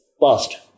past